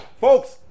Folks